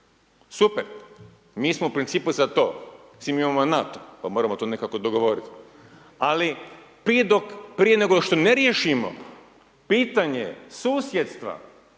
super, mi smo u principu za to s tim da imamo NATO pa moramo to nekako dogovorit, ali prije dok, prije nego što ne riješimo pitanje susjedstva